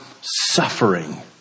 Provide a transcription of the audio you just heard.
suffering